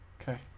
Okay